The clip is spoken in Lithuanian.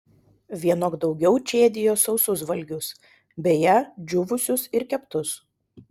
vienok daugiau čėdijo sausus valgius beje džiūvusius ir keptus